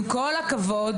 עם כל הכבוד,